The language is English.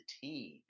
team